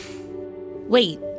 Wait